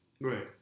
Right